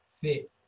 fit